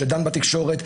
שדן בתקשורת.